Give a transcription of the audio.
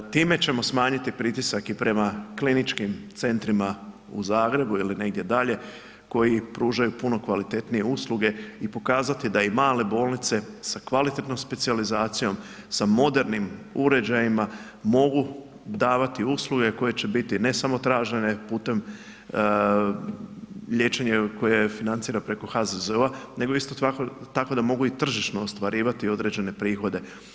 Time ćemo smanjiti pritisak i prema kliničkim centrima u Zagrebu ili negdje dalje koji pružaju puno kvalitetnije usluge i pokazati da i male bolnice sa kvalitetnom specijalizacijom, sa modernim uređajima mogu davati usluge koje će biti ne samo tražene putem liječenja koje financira preko HZZO- nego isto tako da mogu i tržišno ostvarivati određene prihode.